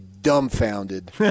dumbfounded